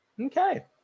Okay